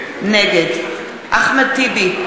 נגד אחמד טיבי,